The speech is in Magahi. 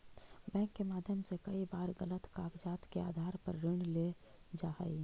बैंक के माध्यम से कई बार गलत कागजात के आधार पर ऋण लेल जा हइ